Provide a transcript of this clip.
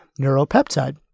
neuropeptide